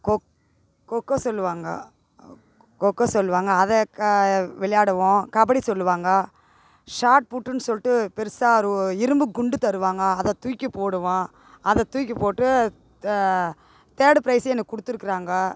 கொக்கோ சொல்வாங்க கொக்கோ சொல்வாங்க அதை விளையாடுவோம் கபடி சொல்வாங்க ஷாட்பூட்டுன்னு சொல்லிட்டு பெருசாக ஒரு இரும்பு குண்டு தருவாங்க அதை தூக்கி போடுவோம் அதை தூக்கி போட்டு தேர்டு ப்ரைஸ்ஸு எனக்கு கொடுத்துருக்குறாங்க